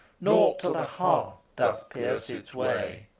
nought to the heart doth pierce its way.